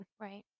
Right